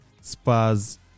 Spurs